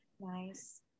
nice